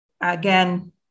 Again